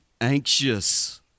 anxious